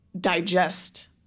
digest